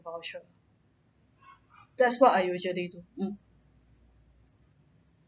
voucher that's what I usually do um